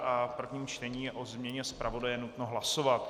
V prvním čtení je o změně zpravodaje nutno hlasovat.